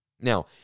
Now